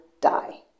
die